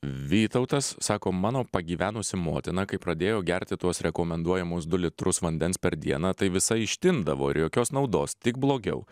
vytautas sako mano pagyvenusi motina kai pradėjo gerti tuos rekomenduojamus du litrus vandens per dieną tai visa ištindavo ir jokios naudos tik blogiau